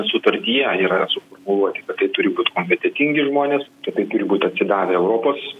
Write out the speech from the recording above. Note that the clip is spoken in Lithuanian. sutartyje yra suformuluoti kad tai turi būt kompetetingi žmonės kad tai turi būti atsidavę europos